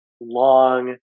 long